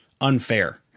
unfair